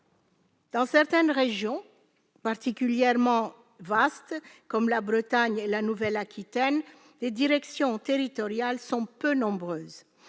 dans certaines régions particulièrement vastes, comme la Bretagne ou la Nouvelle-Aquitaine, les directions territoriales sont peu nombreuses.